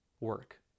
work